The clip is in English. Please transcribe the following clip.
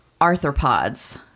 arthropods